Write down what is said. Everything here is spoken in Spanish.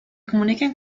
comunican